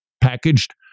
packaged